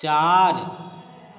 चार